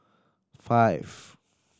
five